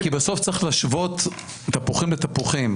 כי בסוף צריך להשוות תפוחים לתפוחים.